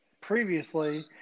previously